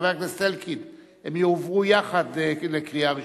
חבר הכנסת אלקין, הן יועברו יחד לקריאה ראשונה.